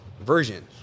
version